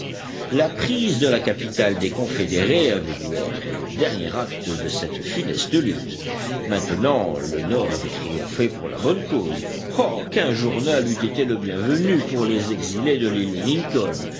la prise de la capitale des confédérés avait dû être le dernier acte de cette funeste lutte maintenant le nord avait triomphé pour la bonne cause ah qu'un journal eût été le bienvenu pour les exilés de l'île lincoln